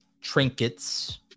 trinkets